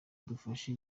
dufashe